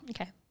Okay